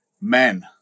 men